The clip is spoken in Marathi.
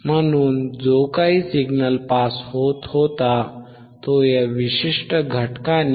म्हणूनच जो काही सिग्नल पास होत होता तो या विशिष्ट घटकाने 0